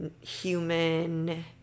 human